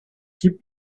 keep